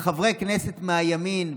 לחברי הכנסת מהימין,